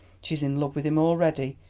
she's in love with him already,